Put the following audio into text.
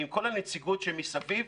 עם כל הנציגות שמסביב,